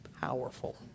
powerful